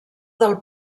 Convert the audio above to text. del